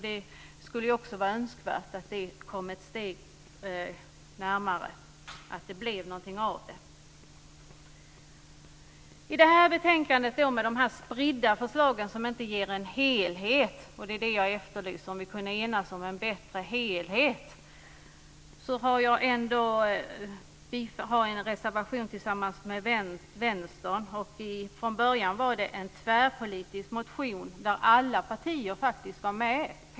Det skulle vara önskvärt att man kom ett steg närmare och att det blev någonting av det. I detta betänkande, med dessa spridda förslag som inte ger någon helhet - jag efterlyser en bättre helhet - har jag en reservation tillsammans med Vänstern. Från början var det en tvärpolitisk motion där alla partier var med.